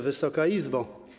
Wysoka Izbo!